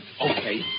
Okay